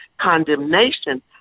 condemnation